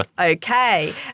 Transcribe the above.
Okay